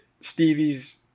Stevie's